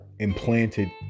Implanted